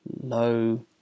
low